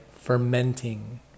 fermenting